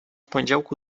poniedziałku